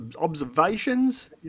observations